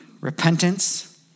Repentance